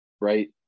right